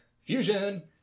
Fusion